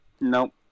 Nope